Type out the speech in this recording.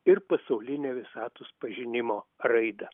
ir pasaulinę visatos pažinimo raidą